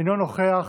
אינו נוכח.